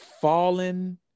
Fallen